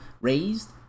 raised